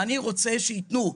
אני רוצה שייתנו.